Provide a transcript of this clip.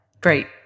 Great